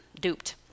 Duped